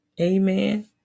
Amen